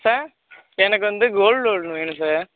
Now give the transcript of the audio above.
sir எனக்கு வந்து gold loan வேணும் சார்